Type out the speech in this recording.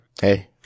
Hey